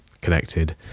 Connected